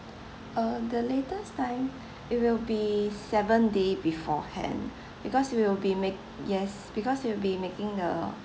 uh the latest time it will be seven day beforehand because we'll be mak~ yes because we'll be making the